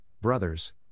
brothers